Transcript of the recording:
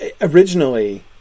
originally